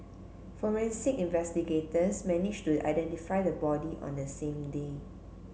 forensic investigators managed to identify the body on the same day